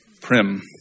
prim